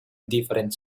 different